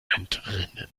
entrinnen